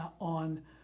on